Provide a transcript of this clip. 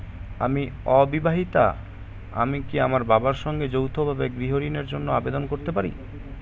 আমি অবিবাহিতা আমি কি আমার বাবার সঙ্গে যৌথভাবে গৃহ ঋণের জন্য আবেদন করতে পারি?